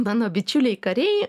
mano bičiuliai kariai